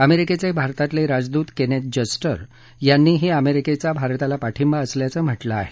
अमेरिकेचे भारतातले राजदूत केनेथ जस्टर यांनीही अमेरिकेचा भारताला पाठिंबा असल्याचं म्हटलं आहे